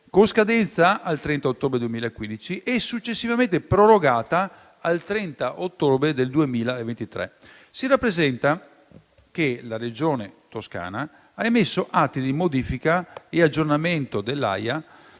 con scadenza al 30 ottobre 2015 e successivamente prorogata al 30 ottobre 2023. Si rappresenta che la Regione Toscana ha emesso atti di modifica e aggiornamento dell'AIA